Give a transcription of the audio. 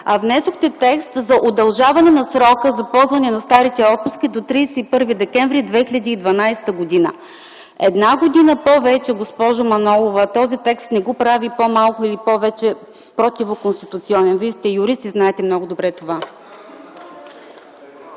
а внесохте текст за удължаване на срока за ползване на старите отпуски до 31 декември 2012 г.? Една година повече, госпожо Манолова, този текст не го прави по-малко или повече противоконституционен. Вие сте юрист и знаете много добре това.